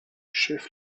chef